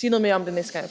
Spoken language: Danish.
sige noget mere om det, næste gang